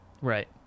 right